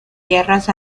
tierras